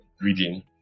reading